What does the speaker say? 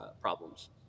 problems